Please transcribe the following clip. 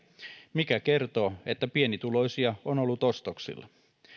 mikä kertoo siitä että pienituloisia on ollut ostoksilla